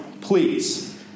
Please